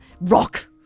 rock